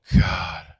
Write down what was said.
god